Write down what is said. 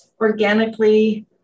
organically